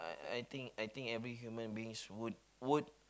I think everyone human beings would would